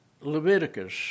Leviticus